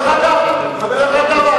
דרך אגב,